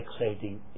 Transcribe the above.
exciting